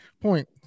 point